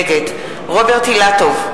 נגד רוברט אילטוב,